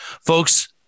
Folks